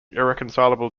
irreconcilable